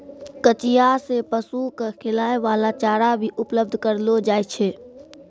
कचिया सें पशु क खिलाय वाला चारा भी उपलब्ध करलो जाय छै